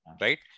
right